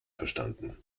verstanden